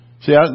See